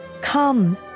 Come